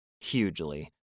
hugely